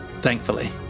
thankfully